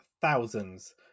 thousands